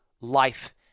life